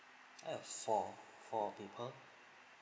oh four four people